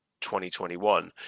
2021